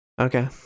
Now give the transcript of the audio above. Okay